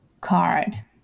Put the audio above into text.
card